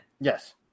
Yes